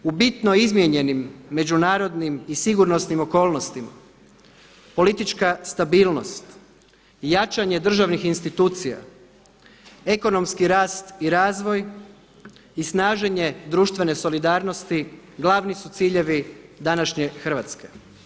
U bitno izmijenjenim međunarodnim i sigurnosnim okolnostima politička stabilnost i jačanje državnih institucija, ekonomski rast i razvoj i snaženje društvene solidarnosti glavni su ciljevi današnje Hrvatske.